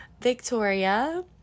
Victoria